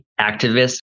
activists